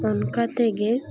ᱚᱱᱠᱟ ᱛᱮᱜᱮ